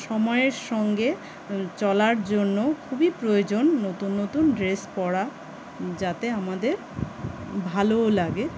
সময়ের সঙ্গে চলার জন্য খুবই প্রয়োজন নতুন নতুন ড্রেস পরা যাতে আমাদের ভালোও লাগে